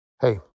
Hey